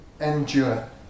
endure